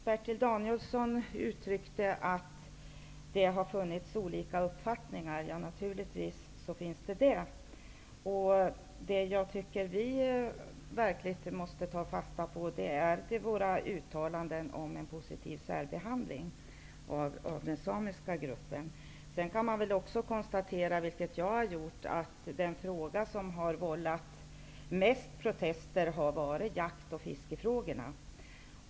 Herr talman! Bertil Danielsson sade att olika uppfattningar har funnits. Naturligtvis är det så. Det som man verkligen måste ta fasta på är våra uttalanden om en positiv särbehandling av den samiska gruppen. Jag har konstaterat att de frågor som har vållat de största protesterna är jakt och fiskefrågorna.